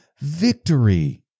victory